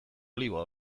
oliba